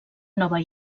nova